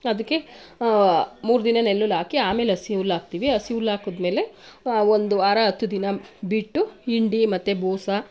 ಅದಕ್ಕೆ ಮೂರು ದಿನ ನೆಲ್ಲುಲ್ಲು ಹಾಕಿ ಆಮೇಲೆ ಹಸಿ ಹುಲ್ಲು ಹಾಕ್ತೀವಿ ಹಸಿ ಹುಲ್ಲು ಹಾಕಿದ್ಮೇಲೆ ಒಂದು ವಾರ ಹತ್ತು ದಿನ ಬಿಟ್ಟು ಹಿಂಡಿ ಮತ್ತು ಬೂಸ